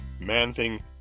Man-Thing